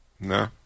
No